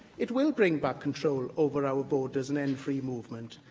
it will bring back control over our borders and end free movement.